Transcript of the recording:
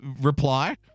Reply